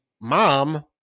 mom